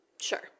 Sure